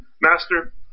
Master